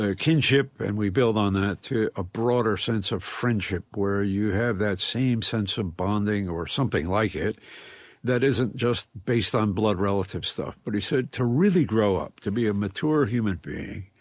ah kinship and we build on that to a broader sense of friendship where you have that same sense of bonding or something like it that isn't just based on blood relative stuff but he said to really grow up, to be a mature human being,